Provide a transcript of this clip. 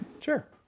Sure